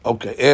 Okay